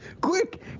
Quick